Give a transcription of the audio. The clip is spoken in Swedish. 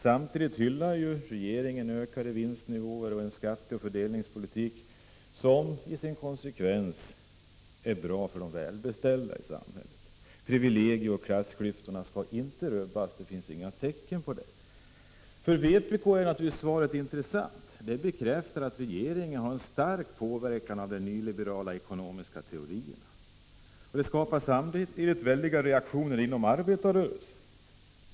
Samtidigt hyllar regeringen principen om ökade vinstnivåer och en skatteoch fördelningspolitik som i sin konsekvens är bra för de välbeställda i samhället. Privilegierna och klassklyftorna skall inte rubbas. Det finns inga tecken på det. För vpk är svaret naturligtvis intressant; det bekräftar att regeringen är starkt påverkad av de nyliberala ekonomiska teorierna. Svaret orsakar samtidigt väldiga reaktioner inom arbetarrörelsen.